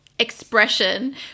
expression